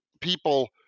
people